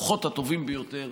והכוחות הטובים ביותר